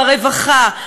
ברווחה,